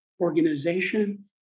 organization